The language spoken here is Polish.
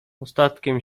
ostatkiem